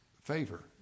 favor